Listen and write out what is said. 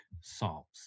solves